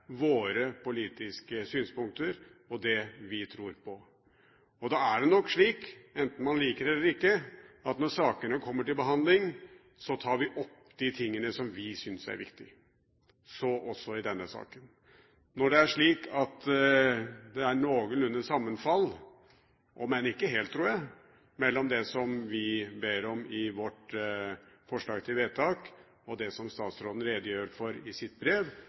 våre politiske synspunkter og det vi tror på. Det er nok slik, enten man liker det eller ikke, at når sakene kommer til behandling, tar vi opp de tingene som vi syns er viktige – så også i denne saken. Når det er slik at det er noenlunde sammenfall – om enn ikke helt, tror jeg – mellom det som vi ber om i vårt forslag til vedtak, og det som statsråden redegjør for i sitt brev,